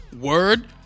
word